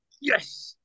yes